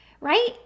right